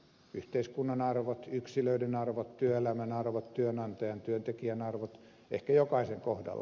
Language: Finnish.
yhteiskunnan arvot yksilöiden arvot työelämän arvot työnantajan työntekijän arvot ehkä jokaisen kohdalla